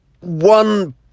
one